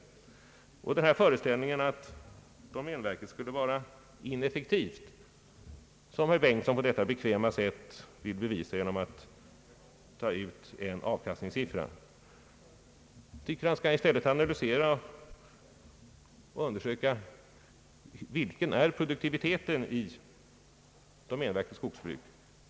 Herr Bengtson har den föreställningen att domänverket skulle vara ineffektivt, och det vill han bevisa på ett bekvämt sätt genom att nämna en avkastningssiffra. Jag tycker att herr Bengtson i stället skulle undersöka produktiviteten i domänverkets skogsbruk.